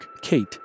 Kate